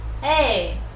Hey